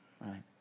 right